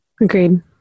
agreed